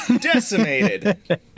decimated